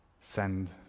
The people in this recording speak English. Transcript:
send